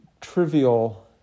trivial